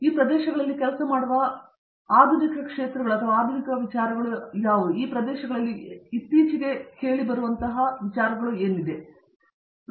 ಈ ಪ್ರದೇಶಗಳಲ್ಲಿ ಕೆಲಸ ಮಾಡುವ ಆಧುನಿಕ ಪ್ರದೇಶಗಳು ಅಥವಾ ಬಹುಶಃ ಕೆಲಸ ಮಾಡುವ ಪ್ರದೇಶಗಳಲ್ಲಿ ಹೆಚ್ಚು ಇತ್ತೀಚಿನ ಪ್ರದೇಶಗಳು ನಿಮಗೆ ತಿಳಿದಿದೆಯೆ